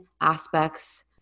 aspects